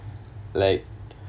like